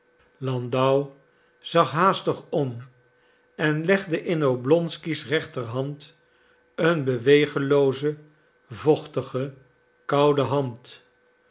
landau zag haastig om en legde in oblonsky's rechterhand een bewegelooze vochtige koude hand